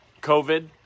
COVID